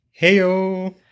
Heyo